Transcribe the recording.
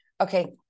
Okay